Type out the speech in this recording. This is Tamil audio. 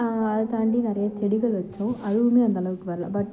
அதை தாண்டி நிறைய செடிகள் வச்சோம் அதுவுமே அந்த அளவுக்கு வரலை பட்